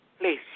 please